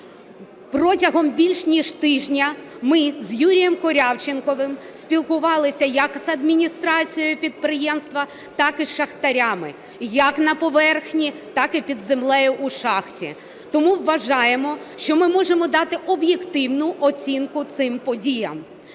Протягом більш ніж тижня ми з Юрієм Корявченковим спілкувалися як з адміністрацією підприємства, так і з шахтарями як на поверхні, так і під землею у шахті. Тому вважаємо, що ми можемо дати об'єктивну оцінку цим подіям.